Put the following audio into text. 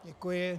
Děkuji.